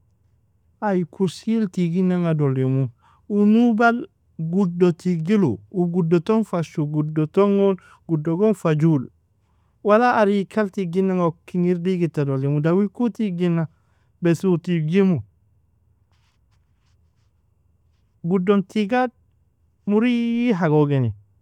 Ay kursil tigin nanga doldimu, u nubal guddo tigjilu, u guddo ton gon fashu, guddo ton gon, guddo gong fajulu. Wala arikal tigin nanga uk ingir digidta doldimu, dawi ku tiginna bes u tigjimu, guddon tigad muriha gon geni.